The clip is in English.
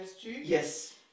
Yes